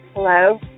Hello